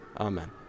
Amen